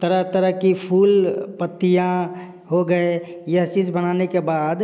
तरह तरह के फूल पत्तियाँ हो गए यह चीज बनाने के बाद